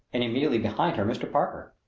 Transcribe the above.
and immediately behind her mr. parker,